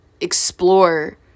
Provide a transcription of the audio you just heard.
explore